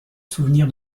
souvenir